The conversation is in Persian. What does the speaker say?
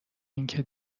اینکه